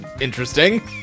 interesting